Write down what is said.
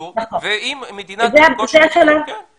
שיש למטופלים ואז בעצם הסיכוי שנעשה להם